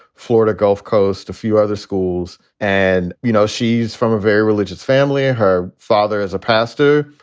florida, gulf coast, a few other schools. and, you know, she's from a very religious family. her father is a pastor.